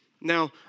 Now